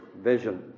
vision